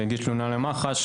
שהגיש תלונה למח"ש,